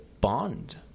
bond